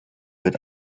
wird